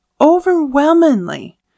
overwhelmingly